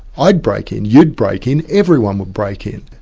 i'd break in, you'd break in, everyone would break in.